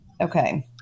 Okay